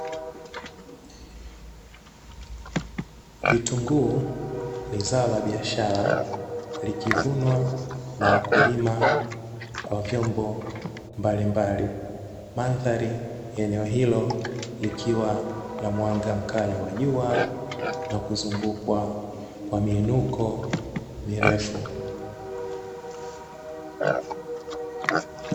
Vitunguu ni zao la biashara likivunwa na wakulima kwa vyombo mbalimbali, mandhari ya eneo hilo likiwa la mwanga mkali wa jua na kuzungukwa kwa miinuko mirefu.